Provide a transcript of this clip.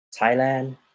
Thailand